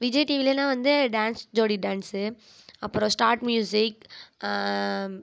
விஜய் டிவிலேனா வந்து டேன்ஸ் ஜோடி டேன்ஸு அப்புறம் ஸ்டார்ட் மியூசிக்